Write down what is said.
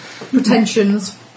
pretensions